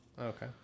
Okay